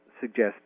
suggest